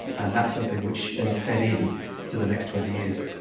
and that's something which then fed in to the next twenty years.